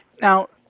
Now